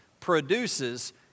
produces